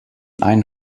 einen